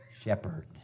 shepherd